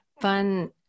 fun